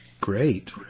Great